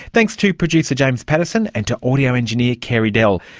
thanks to producer james pattison and to audio engineer carey dell.